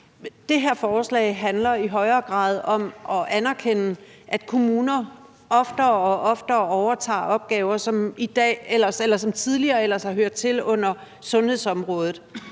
Det her forslag handler i højere grad om at anerkende, at kommuner oftere og oftere overtager opgaver, som tidligere ellers har hørt under sundhedsområdet